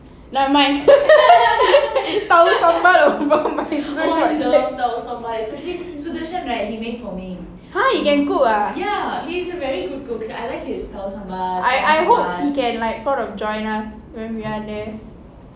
never mind !huh! he can cook ah I I hope he can like sort of join us when we are there